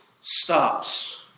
stops